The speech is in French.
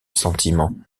sentiments